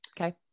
Okay